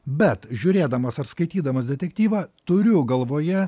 bet žiūrėdamas ar skaitydamas detektyvą turiu galvoje